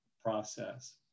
process